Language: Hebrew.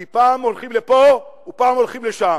כי פעם הולכים לפה ופעם הולכים לשם.